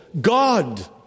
God